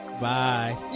Bye